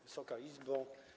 Wysoka Izbo!